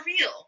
real